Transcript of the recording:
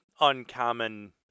uncommon